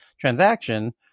transaction